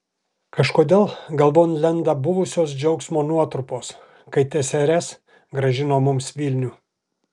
kažkodėl galvon lenda buvusios džiaugsmo nuotrupos kai tsrs grąžino mums vilnių